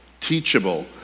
Teachable